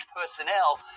personnel